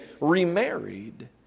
remarried